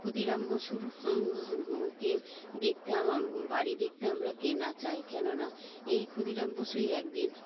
ক্ষুদিরাম বসুর কে দেখতে বাড়ি দেখতে আমরা কে না চাই কেননা এই ক্ষুদিরাম বসুই একদিন